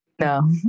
no